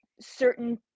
certain